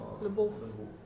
ah le~ both